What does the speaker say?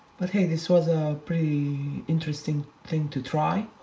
but hey, this was a pretty interesting thing to try.